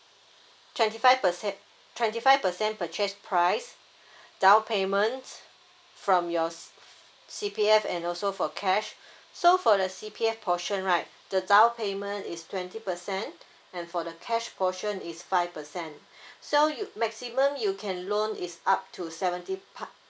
twenty five percent twenty five percent purchase price down payment from your s~ f~ C_P_F and also for cash so for the C_P_F portion right the down payment is twenty percent and for the cash portion is five percent so you maximum you can loan is up to seventy pa~